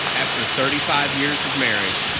after thirty five years of marriage,